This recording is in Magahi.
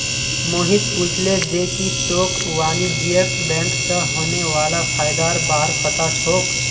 मोहित पूछले जे की तोक वाणिज्यिक बैंक स होने वाला फयदार बार पता छोक